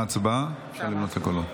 אפשר למנות את הקולות.